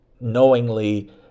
knowingly